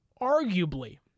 arguably